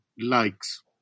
likes